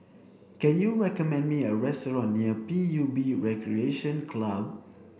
can you recommend me a restaurant near P U B Recreation Club